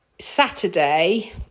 saturday